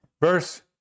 verse